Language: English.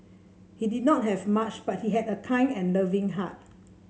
he did not have much but he had a kind and loving heart